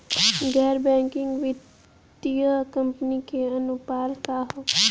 गैर बैंकिंग वित्तीय कंपनी के अनुपालन का ह?